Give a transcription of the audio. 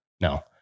No